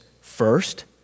First